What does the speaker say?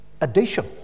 addition